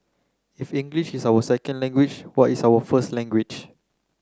if English is our second language what is our first language